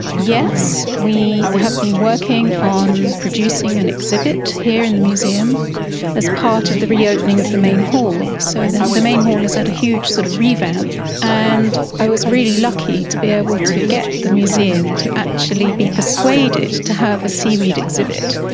yes, we have been working on producing an exhibit here in the museum as part of the reopening of the main hall. so the the main hall has had a huge revamp, and i was really lucky to be able to get the museum to actually be persuaded to have a seaweed exhibit.